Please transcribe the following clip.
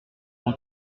non